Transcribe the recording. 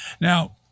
Now